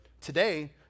Today